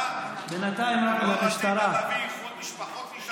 בינתיים רק למשטרה.